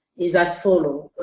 is as follows.